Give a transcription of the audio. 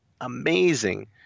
amazing